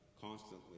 constantly